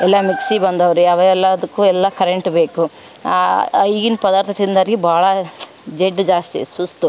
ಎಲ್ಲ ಮಿಗ್ಸಿ ಬಂದವೆ ರೀ ಅವೆಲ್ಲದಕ್ಕು ಎಲ್ಲ ಕರೆಂಟ್ ಬೇಕು ಈಗಿನ ಪದಾರ್ಥ ತಿನ್ದೋರಿಗೆ ಭಾಳ ಜಡ್ಡು ಜಾಸ್ತಿ ಸುಸ್ತು